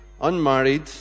unmarried